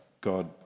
God